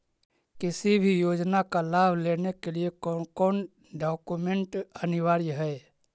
किसी भी योजना का लाभ लेने के लिए कोन कोन डॉक्यूमेंट अनिवार्य है?